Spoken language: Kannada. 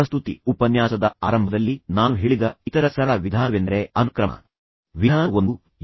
ಪ್ರಸ್ತುತಿ ಉಪನ್ಯಾಸದ ಆರಂಭದಲ್ಲಿ ನಾನು ಹೇಳಿದ ಇತರ ಸರಳ ವಿಧಾನವೆಂದರೆ ಅನುಕ್ರಮ ವಿಧಾನ 1 2 3